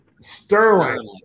Sterling